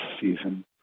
season